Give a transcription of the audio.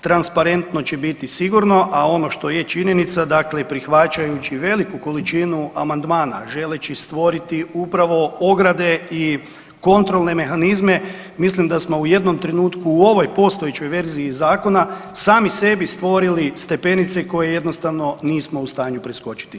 Transparentno će biti sigurno, a ono što je činjenica dakle prihvaćajući veliku količinu amandmana želeći stvoriti upravo ograde i kontrolne mehanizme mislim da smo u jednom trenutku u ovoj postojećoj verziji zakona sami sebi stvorili stepenice koje jednostavno nismo u stanju preskočiti.